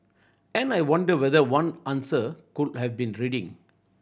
and I wonder whether one answer could have been reading